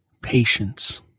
Patience